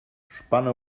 spanne